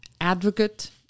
advocate